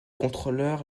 contrôleur